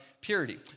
purity